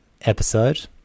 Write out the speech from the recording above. episode